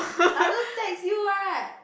I also text you what